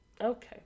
Okay